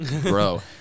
bro